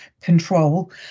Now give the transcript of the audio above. control